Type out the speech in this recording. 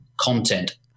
content